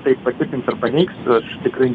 tai patvirtins ar paneigs aš tikrai